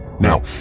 Now